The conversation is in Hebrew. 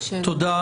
תודה,